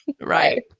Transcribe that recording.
Right